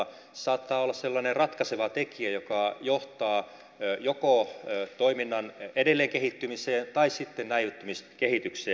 se saattaa olla sellainen ratkaiseva tekijä joka johtaa joko toiminnan edelleenkehittymiseen tai sitten näivettymiskehitykseen